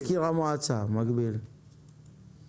אז